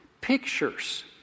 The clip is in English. Pictures